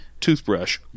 toothbrush